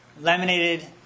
laminated